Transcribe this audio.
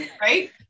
Right